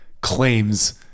claims